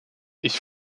ich